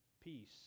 Peace